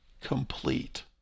complete